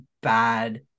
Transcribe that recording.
bad